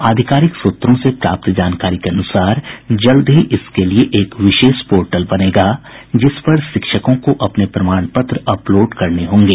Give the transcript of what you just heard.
आधिकारिक सूत्रों से प्राप्त जानकारी के अनुसार जल्द ही इसके लिये एक विशेष पोर्टल बनेगा जिस पर शिक्षकों को अपने प्रमाण पत्र अपलोड करने होंगे